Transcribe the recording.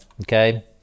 Okay